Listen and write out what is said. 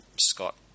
Scott